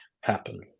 happen